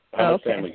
Okay